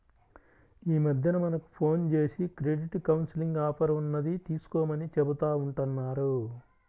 యీ మద్దెన మనకు ఫోన్ జేసి క్రెడిట్ కౌన్సిలింగ్ ఆఫర్ ఉన్నది తీసుకోమని చెబుతా ఉంటన్నారు